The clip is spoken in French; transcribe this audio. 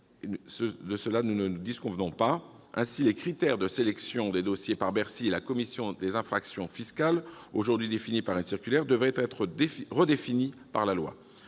nécessaires, nous n'en disconvenons pas. Ainsi, les critères de sélection des dossiers par Bercy et par la commission des infractions fiscales, aujourd'hui définis par une circulaire, devraient être redéfinis par la loi.